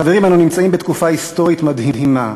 חברים, אנו נמצאים בתקופה היסטורית מדהימה.